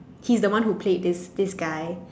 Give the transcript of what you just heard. he's the one who played this this guy